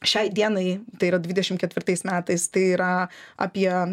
šiai dienai tai yra dvidešim ketvirtais metais tai yra apie